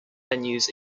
venues